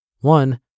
One